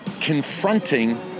confronting